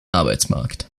arbeitsmarkt